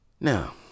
Now